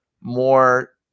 more